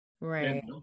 right